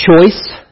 choice